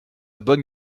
bonne